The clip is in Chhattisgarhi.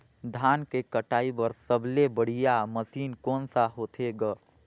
धान के कटाई बर सबले बढ़िया मशीन कोन सा होथे ग?